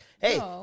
hey